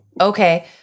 okay